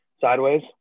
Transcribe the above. sideways